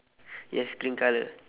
yes green colour